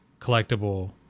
collectible